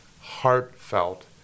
heartfelt